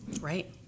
right